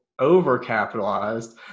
overcapitalized